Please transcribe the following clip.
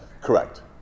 correct